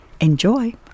enjoy